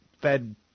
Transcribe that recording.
Fed